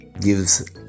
gives